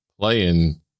playing